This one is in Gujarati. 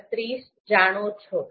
૩૬ જાણો છો